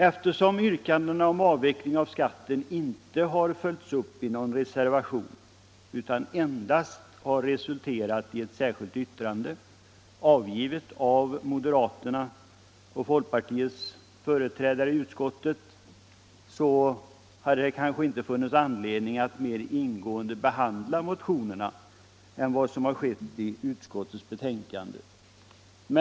Eftersom yrkandena om en avveckling av skatten inte följts upp i någon reservation utan endast har resulterat i ett särskilt yttrande, avgivet av moderaternas och folkpartiets företrädare i utskottet, hade det kanske inte funnits anledning att behandla motionerna mer ingående än som har skett i utskottets betänkande.